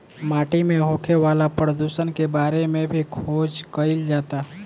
माटी में होखे वाला प्रदुषण के बारे में भी खोज कईल जाता